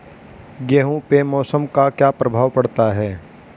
गेहूँ पे मौसम का क्या प्रभाव पड़ता है?